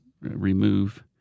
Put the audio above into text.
remove